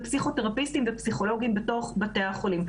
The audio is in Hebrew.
פסיכותרפיסטים ופסיכולוגים בתוך בתי החולים.